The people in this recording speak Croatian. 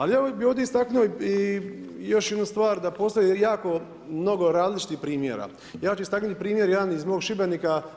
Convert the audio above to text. Ali bih ovdje istaknuo još jednu stvar da postoji jako mnogi različitih primjera, ja ću istaknuti primjer jedan iz mog Šibenika.